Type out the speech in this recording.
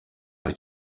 muri